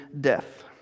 death